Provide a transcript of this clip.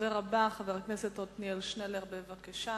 הדובר הבא, חבר הכנסת עתניאל שנלר, בבקשה.